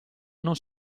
non